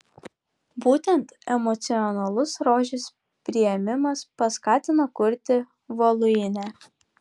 būtent emocionalus rožės priėmimas paskatino kurti voluinę